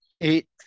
eight